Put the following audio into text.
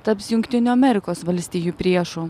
taps jungtinių amerikos valstijų priešu